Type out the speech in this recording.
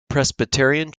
presbyterian